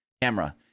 camera